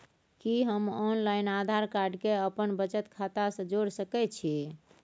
कि हम online Aadhaar card के अपन बचत खाता से जोरि सकै छी?